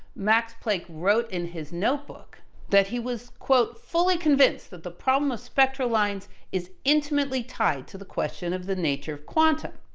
max planck wrote in his notebook that he was, fully convinced that the problem of spectral lines is intimately tied to the question of the nature of quantum.